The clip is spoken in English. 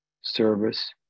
service